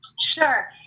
Sure